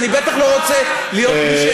ואני בטח לא רוצה להיות מי,